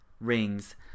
rings